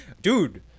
dude